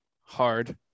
hard